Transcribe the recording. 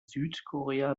südkorea